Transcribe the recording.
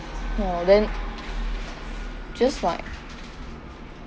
!wah! then just like